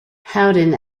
howden